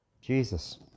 Jesus